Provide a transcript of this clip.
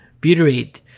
butyrate